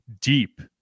deep